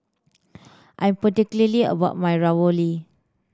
I'm particularly about my Ravioli